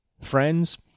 friends